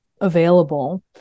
available